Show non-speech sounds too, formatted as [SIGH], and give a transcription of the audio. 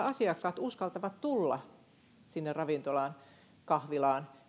[UNINTELLIGIBLE] asiakkaat uskaltavat tulla sinne ravintolaan kahvilaan